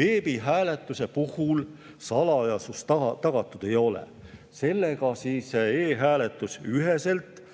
Veebihääletuse puhul salajasus tagatud ei ole. Sellega vastandub e‑hääletus Eestis